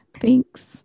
thanks